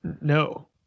No